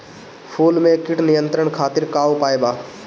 फूल में कीट नियंत्रण खातिर का उपाय बा?